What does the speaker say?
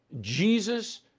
Jesus